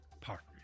Partners